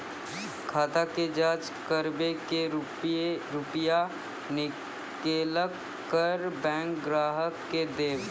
खाता के जाँच करेब के रुपिया निकैलक करऽ बैंक ग्राहक के देब?